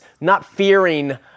not-fearing